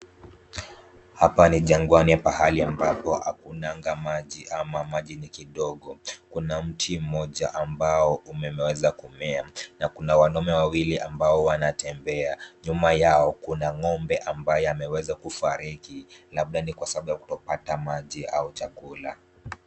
Hapa ni jangwani pahali ambapo hakunanga maji ama maji ni kidogo. Kuna mti mmoja ambao umeweza kumea, na kuna wanaume wawili ambao wanatembea. Nyuma yao kuna ng'ombe ambaye ameweza kufariji, labda ni kwa sababu ya kutopata maji au chakula.